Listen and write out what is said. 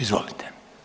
Izvolite.